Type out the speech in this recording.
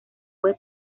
web